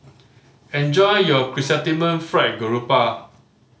enjoy your Chrysanthemum Fried Garoupa